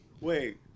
Wait